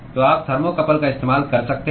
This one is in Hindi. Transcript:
तो आप थर्मोकपल का इस्तेमाल कर सकते हैं